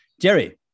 Jerry